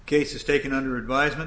cases taken under advisement